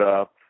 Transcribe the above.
up